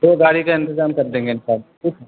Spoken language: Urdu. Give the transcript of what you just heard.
دو گاڑی کا انتظام کر دیں گے ان شاء اللہ ٹھیک ہے